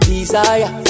Desire